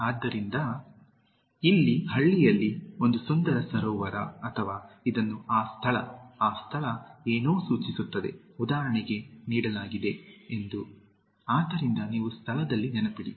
ಆದ್ದರಿಂದ ಇಲ್ಲ ಹಳ್ಳಿಯಲ್ಲಿ ಒಂದು ಸುಂದರ ಸರೋವರ ಅಥವಾ ಅದನ್ನು ಆ ಸ್ಥಳ ಆ ಸ್ಥಳ ಏನೋ ಸೂಚಿಸುತ್ತದೆ ಉದಾಹರಣೆಗೆ ನೀಡಲಾಗಿದೆ ಎಂದು ಆದ್ದರಿಂದ ನೀವು ಸ್ಥಳದಲ್ಲಿ ನೆನಪಿಡಿ